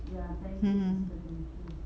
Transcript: mmhmm